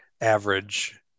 average